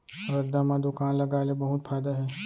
रद्दा म दुकान लगाय ले बहुत फायदा हे